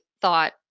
thought